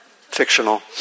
Fictional